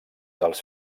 dels